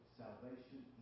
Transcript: salvation